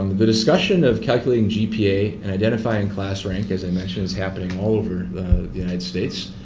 um the the discussion of calculating gpa and identifying class rank, as i mentioned, is happening all over the united states.